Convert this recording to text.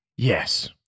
Yes